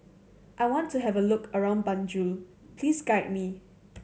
I want to have a look around Banjul please guide me